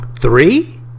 Three